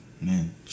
Man